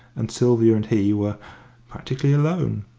and sylvia and he were practically alone.